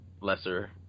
lesser